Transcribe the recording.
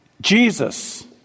Jesus